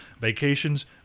vacations